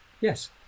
yes